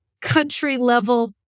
country-level